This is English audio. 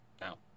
now